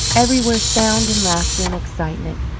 everywhere sound and laughter and excitement.